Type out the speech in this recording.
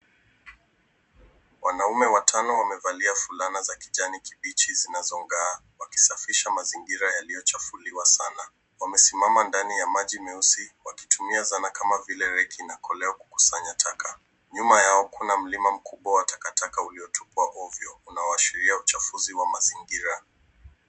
Wanaume watano wamevalia fulana za kijani kibichi zinazong'aa wakisafisha mazingira yaliyochafuliwa sana. Wamesimama ndani ya maji meusi wakitumia zana kama vile reki na koleo kukusanya taka. Nyuma yao kuna mlima mkubwa wa takataka uliotupwa ovyo unaoashiria uchafuzi wa mazingira.